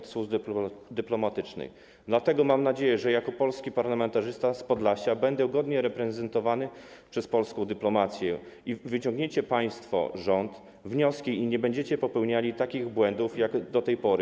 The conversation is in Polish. Dlatego mam nadzieję, że jako polski parlamentarzysta z Podlasia będę godnie reprezentowany przez polską dyplomację i wyciągnięcie państwo, rząd, wnioski, i nie będziecie popełniali takich błędów jak do tej pory.